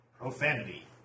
profanity